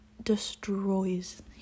destroys